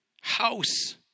house